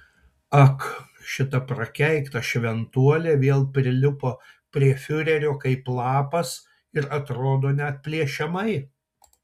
ak šita prakeikta šventuolė vėl prilipo prie fiurerio kaip lapas ir atrodo neatplėšiamai